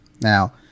Now